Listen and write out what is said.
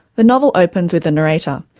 the novel opens with the narrator,